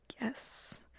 Yes